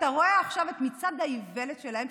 ואתה רואה עכשיו את מצעד האיוולת שלהם,